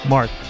Mark